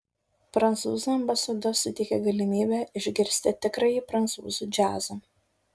prancūzų ambasada suteikia galimybę išgirsti tikrąjį prancūzų džiazą